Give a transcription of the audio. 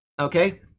okay